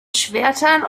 schwertern